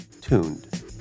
TUNED